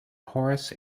horace